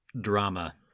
drama